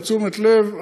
תשומת לב,